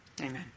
Amen